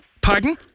Pardon